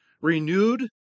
Renewed